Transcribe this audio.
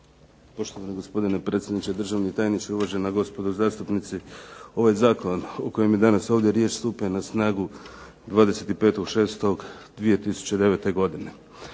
Poštovani gospodine predsjedniče, državni tajniče, uvažena gospodo zastupnici. Ovaj zakon o kojem je danas ovdje riječ stupio je na snagu 25.6.2009. godine,